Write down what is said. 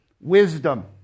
Wisdom